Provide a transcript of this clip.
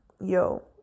yo